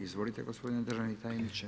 Izvolite gospodine državni tajniče.